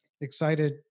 excited